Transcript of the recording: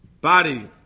body